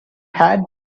had